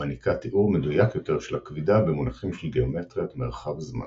המעניקה תיאור מדויק יותר של הכבידה במונחים של גאומטריית מרחב-זמן.